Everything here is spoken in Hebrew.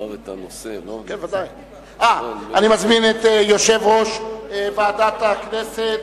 אני מזמין את יושב-ראש ועדת הכנסת.